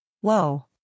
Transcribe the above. Whoa